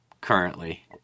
currently